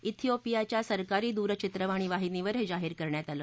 थिओपियाच्या सरकारी दूरचित्रवाणी वाहिनीवर हाज्ञाहीर करण्यात आलं